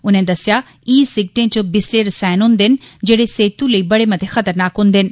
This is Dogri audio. उने दस्सेआ ई सिगटें च बिसले रसायन होन्दे न जेड़े सेहतू लेई बड़े मते खतरनाक होन्दे न